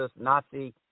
Nazi